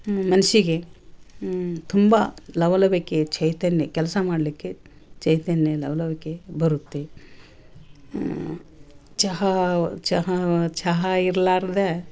ಮನ್ಸಿಗೆ ತುಂಬಾ ಲವಲವಿಕೆ ಚೈತನ್ಯ ಕೆಲಸ ಮಾಡಲಿಕ್ಕೆ ಚೈತನ್ಯ ಲವಲವಿಕೆ ಬರುತ್ತೆ ಚಹಾ ಚಹಾ ಚಹಾ ಇರ್ಲಾರದೆ